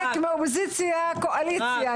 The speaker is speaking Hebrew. מכל העניין של אופוזיציה ושל קואליציה,